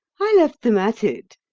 i left them at it.